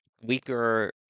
Weaker